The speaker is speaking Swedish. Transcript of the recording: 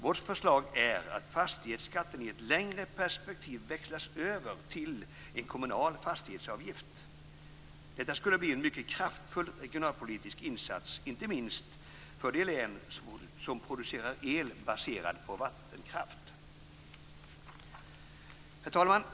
Vårt förslag är att fastighetsskatten i ett längre perspektiv växlas över till en kommunal fastighetsavgift. Detta skulle bli en mycket kraftfull regionalpolitisk insats, inte minst för de län som producerar el baserad på vattenkraft." Herr talman!